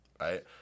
right